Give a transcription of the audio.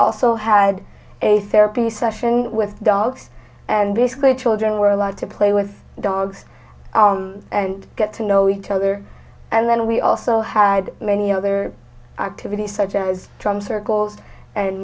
also had a therapy session with dogs and basically children were allowed to play with dogs and get to know each other and then we also had many other activities such as drum circles and